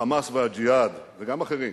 ה"חמאס" ו"הג'יהאד" וגם אחרים,